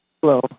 Hello